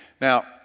Now